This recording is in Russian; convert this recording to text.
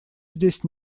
здесь